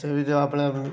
उत्थे बी ते अपने